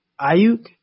Ayuk